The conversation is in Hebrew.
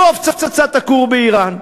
לא הפצצת הכור באיראן,